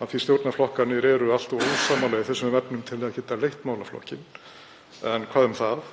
af því að stjórnarflokkarnir eru allt of ósammála í þessum efnum til að geta leitt málaflokkinn. En hvað um það,